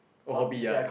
orh B I